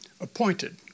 appointed